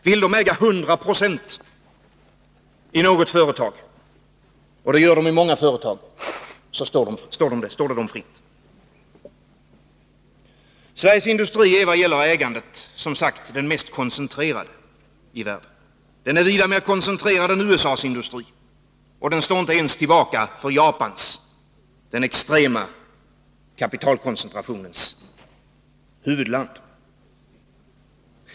Vill de äga 100 Yo i något företag — och det gör de i många företag — så står det dem fritt. Sveriges industri är, som sagt, vad gäller ägandet den mest koncentrerade i världen. Den är vida mer koncentrerad än USA:s industri, och den står inte ens tillbaka för industrin i Japan — den extrema kapitalkoncentrationens huvudland.